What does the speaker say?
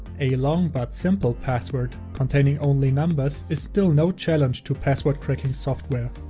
a long but simple password containing only numbers is still no challenge to password cracking software.